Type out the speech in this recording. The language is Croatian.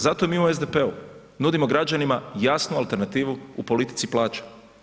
Zato mi u SDP-u nudimo građanima jasnu alternativu u politici plaća.